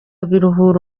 biruhura